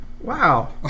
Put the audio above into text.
Wow